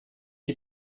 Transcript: qui